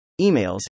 emails